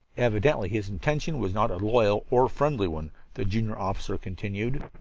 evidently his intention was not a loyal or friendly one, the junior officer continued.